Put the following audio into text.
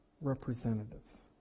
representatives